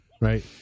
right